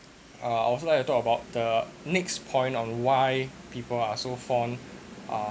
uh I also like to talk about the next point on why people are so fond uh